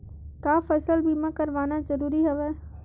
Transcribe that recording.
का फसल बीमा करवाना ज़रूरी हवय?